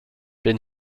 been